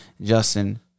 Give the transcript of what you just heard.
Justin